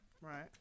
Right